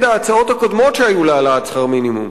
ההצעות הקודמות שהיו להעלאת שכר מינימום,